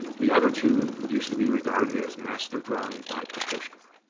the other two used to be regarded as master drawings by kokoschka.